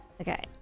Okay